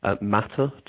matter